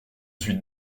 suis